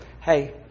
hey